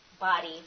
body